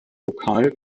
lokal